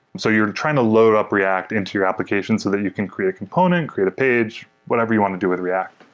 so you're trying to load up react into your application so that you can create a component, create a page, whatever you want to do with react.